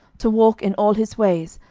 to walk in all his ways,